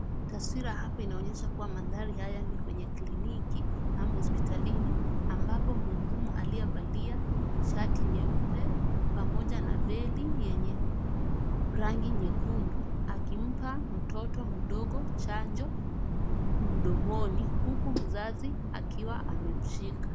Taswira hapa inaonyesha kuwa mandhari haya ni kwenye kliniki ama hospitalini, ambapo mhudumu aliyevalia shati nyeupe pamoja na veli yenye rangi nyekundu, akimpa mtoto mdogo chanjo mdomoni huku mzazi akiwa amemshika.